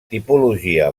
tipologia